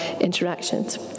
interactions